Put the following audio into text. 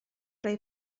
rhoi